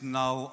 now